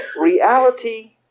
reality